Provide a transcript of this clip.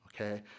okay